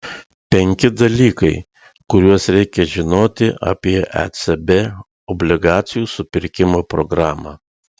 penki dalykai kuriuos reikia žinoti apie ecb obligacijų supirkimo programą